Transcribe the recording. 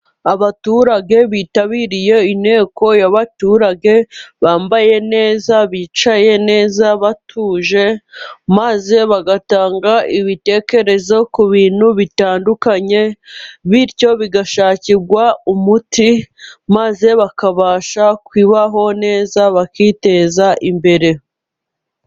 Abaturage bitabiriye inteko y'abaturage, bambaye neza, bicaye neza, batuje, maze bagatanga ibitekerezo ku bintu bitandukanye, bityo bigashakirwa umuti, maze bakabasha kubaho neza bakiteza imbere.